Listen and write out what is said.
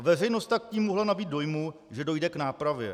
Veřejnost tak tím mohla nabýt dojmu, že dojde k nápravě.